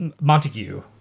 Montague